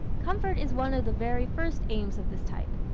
comfort is one of the very first aims of this type.